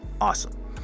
awesome